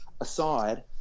aside